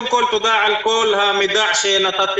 ובתקנות האדון לפני דיבר על סגירת המרכזים